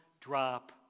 drop